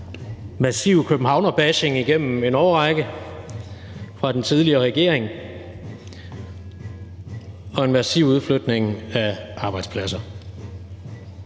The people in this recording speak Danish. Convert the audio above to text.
massiv københavnerbashing igennem en årrække fra den tidligere regerings side og en massiv udflytning af arbejdspladser.